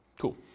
Cool